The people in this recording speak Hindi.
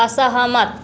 असहमत